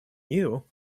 you